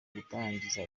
gutangiza